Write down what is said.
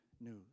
news